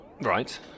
Right